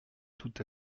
tout